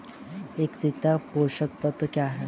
एकीकृत पोषक तत्व क्या है?